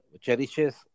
cherishes